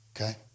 Okay